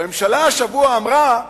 כי הממשלה השבוע אמרה: